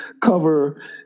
cover